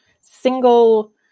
single